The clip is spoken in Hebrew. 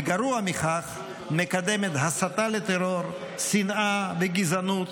וגרוע מכך, מקדמת הסתה לטרור, שנאה וגזענות,